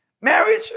Marriage